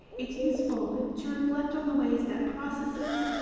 it's useful to reflect on the ways that processes,